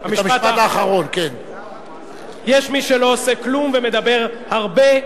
יש מי שלא עושה כלום ומדבר הרבה,